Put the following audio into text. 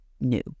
new